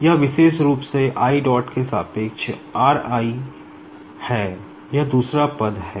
यह विशेष रूप से i dot के सापेक्ष r i है यह एक दूसरा पद है